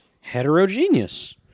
Heterogeneous